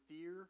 fear